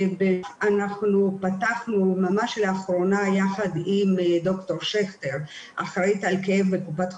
אנחנו פתחנו ממש לאחרונה יחד עם ד"ר שכטר האחראית על כאב בקופ"ח